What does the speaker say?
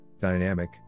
dynamic